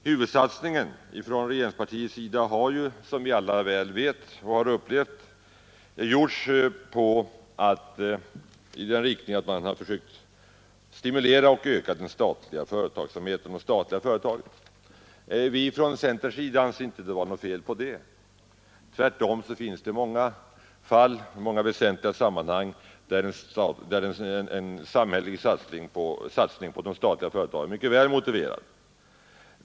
Huvudsatsningen från regeringspartiets sida har, som vi alla vet, gjorts i den riktningen att man försökt stimulera och öka den statliga företagsamheten. Från centerns sida anser vi det inte vara något fel — tvärtom finns det många viktiga sammanhang där en samhällelig satsning på de statliga företagen är mycket väl motiverad.